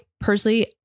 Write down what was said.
personally